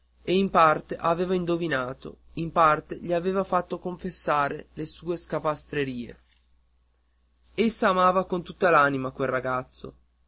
e in parte aveva indovinato in parte gli aveva fatto confessare le sue scapestrerie essa amava con tutta l'anima quel ragazzo